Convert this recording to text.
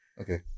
okay